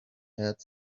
had